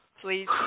please